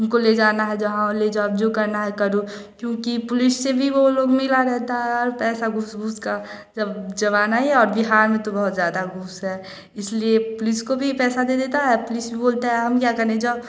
तुमको ले जाना है जहाँ ले जाओ जो करना है करो क्योंकि पुलिस से भी वह लोग मिरा रहता आर पैसा घूस घूस का जब जवाना ही और बिहार में तो बहुत ज़्यादा घूस है इसलिए पुलिस को भी पैसा दे देता है पुलिस भी बोलता है हम क्या करे जाओ